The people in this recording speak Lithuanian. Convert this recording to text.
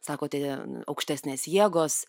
sakote aukštesnės jėgos